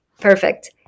Perfect